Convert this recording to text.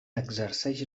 exerceix